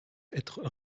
être